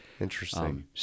Interesting